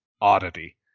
oddity